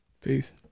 Peace